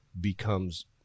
becomes